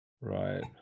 right